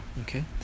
okay